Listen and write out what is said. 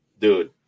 Dude